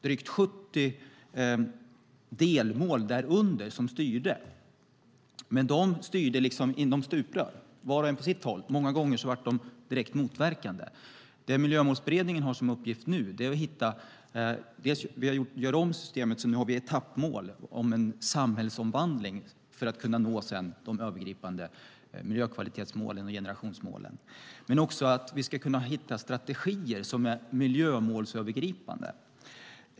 Drygt 70 delmål därunder styrde men inom stuprör - vart och ett på sitt håll; många gånger direkt motverkande varandra. Miljömålsberedningen har nu i uppgift att göra om systemet så att vi har etappmål för en samhällsomvandling för att sedan kunna nå de övergripande miljökvalitetsmålen och generationsmålen. Vi ska också kunna hitta strategier som är miljömålsövergripande.